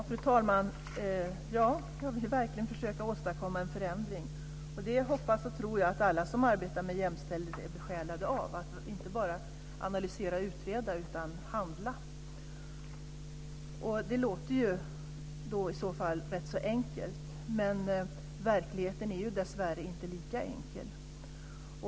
Fru talman! Ja, jag vill verkligen försöka åstadkomma en förändring. Jag hoppas och tror att alla som arbetar med jämställdhet är besjälade av att inte bara analysera och utreda utan också handla. Det låter i så fall rätt enkelt. Verkligheten är dessvärre inte lika enkel.